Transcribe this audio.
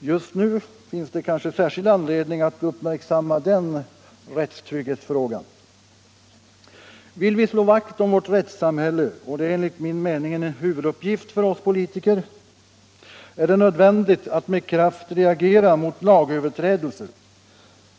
Just nu finns det kanske särskild anledning att uppmärksamma den rättstrygghetsfrågan. Vill vi slå vakt om vårt rättssamhälle — och det är en huvuduppgift för oss politiker — är det nödvändigt att med kraft reagera mot lagöverträdelser